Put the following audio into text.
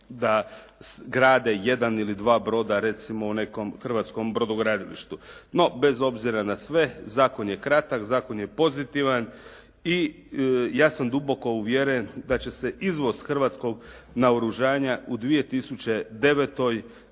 da grade jedan ili dva broda recimo u nekom hrvatskom brodogradilištu. No bez obzira na sve, zakon je kratak, zakon je pozitivan i ja sam duboko uvjeren da će se izvoz hrvatskog naoružanja u 2009.